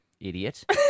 idiot